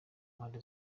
mpande